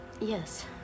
Yes